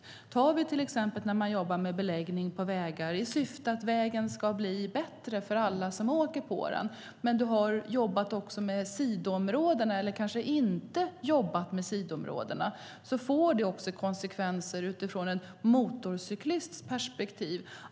Ett exempel är när man jobbar med beläggning på vägar i syfte att dessa ska bli bättre för alla som åker på dem men där man har också jobbat med sidoområdena, eller kanske inte jobbat med sidoområdena. Det får konsekvenser utifrån en motorcyklists perspektiv.